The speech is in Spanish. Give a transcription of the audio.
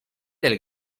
del